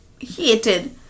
hated